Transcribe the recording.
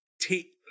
T-